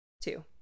Two